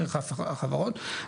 דרך החברות,